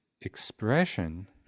expression